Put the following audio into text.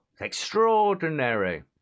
extraordinary